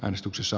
äänestyksessä